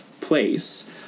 place